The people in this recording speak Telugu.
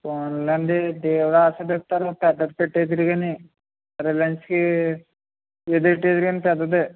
పోన్లెండి దేవుడు ఆశీర్వదిస్తాడు పెద్దది పెట్టేద్దురుగని రిలయన్స్ కి ఎదురు పెట్టేద్దురుగాని పెద్దదే